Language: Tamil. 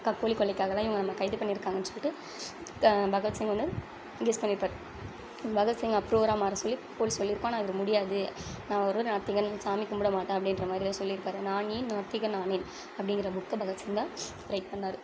கக்கோலி கொள்ளைக்காக தான் இவங்க நம்மளை கைது பண்ணிருக்காங்கன்னு சொல்லிட்டு பகவத்சிங் வந்து கெஸ் பண்ணிருப்பார் பகத்சிங்க அப்ரூவராக மாறச் சொல்லி போலீஸ் சொல்லிருக்குது ஆனால் இவர் முடியாது நான் ஒரு நாத்திகன் சாமி கும்பிட மாட்டேன் அப்படின்ற மாதிரி சொல்லிருப்பார் நான் ஏன் நாத்திகனானேன் அப்படிங்கிற புக்கை பகத்சி்ங் தான் ரைட் பண்ணார்